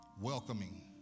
Welcoming